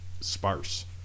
sparse